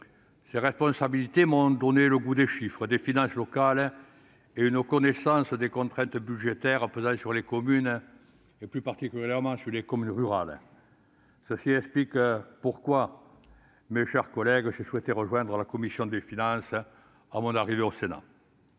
Ces responsabilités m'ont donné le goût des chiffres, des finances locales et une connaissance des contraintes budgétaires pesant sur les communes, plus particulièrement dans les territoires ruraux. Voilà pourquoi, mes chers collègues, j'ai souhaité rejoindre la commission des finances à mon arrivée au Sénat.